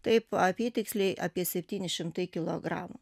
taip apytiksliai apie septyni šimtai kilogramų